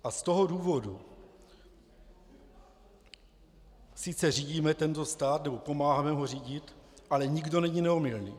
A z toho důvodu sice řídíme tento stát nebo pomáháme ho řídit, ale nikdo není neomylný.